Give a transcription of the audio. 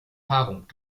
paarung